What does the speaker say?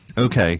Okay